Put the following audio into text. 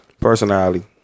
Personality